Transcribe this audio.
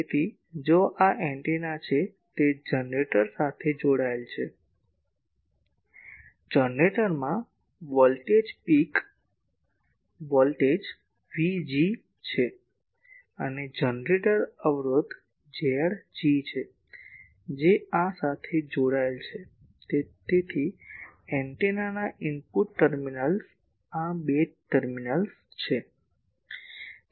તેથી જો આ એન્ટેના છે તે જનરેટર સાથે જોડાયેલ છે જનરેટરમાં વોલ્ટેજ પીક વોલ્ટેજ VG છે અને જનરેટર અવરોધ Zg છે જે આ સાથે જોડાયેલ છે તેથી એન્ટેનાના ઇનપુટ ટર્મિનલ્સના આ બે ટર્મિનલ્સ છે